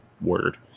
word